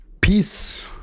peace